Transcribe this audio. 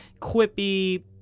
quippy